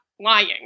lying